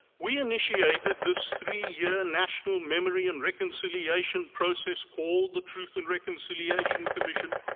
we initiated this three-year national memory and reconciliation process called the truth and reconciliation commission